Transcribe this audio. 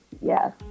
Yes